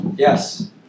Yes